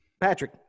Patrick